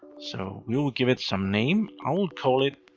so we will give it some name. i will call it.